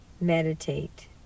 meditate